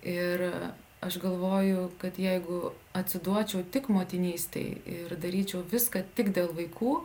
ir aš galvoju kad jeigu atsiduočiau tik motinystei ir daryčiau viską tik dėl vaikų